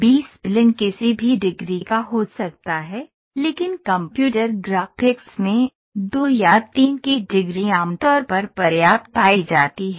B spline किसी भी degree का हो सकता है लेकिन कंप्यूटर ग्राफिक्स में 2 या 3 की डिग्री आमतौर पर पर्याप्त पाई जाती है